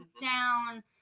down